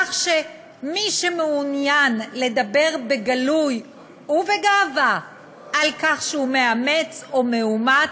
כך שמי שמעוניין לדבר בגלוי ובגאווה על כך שהוא מאמץ או מאומץ,